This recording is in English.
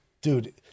dude